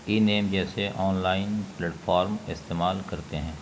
anime جیسے online platform استعمال کرتے ہیں